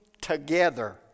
together